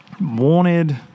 wanted